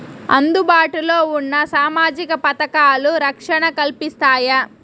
అందుబాటు లో ఉన్న సామాజిక పథకాలు, రక్షణ కల్పిస్తాయా?